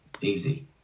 Easy